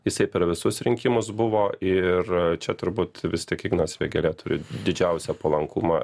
jisai per visus rinkimus buvo ir čia turbūt vis tiek ignas vėgėlė turi didžiausią palankumą